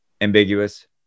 ambiguous